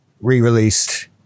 re-released